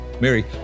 Mary